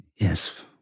yes